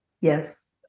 Yes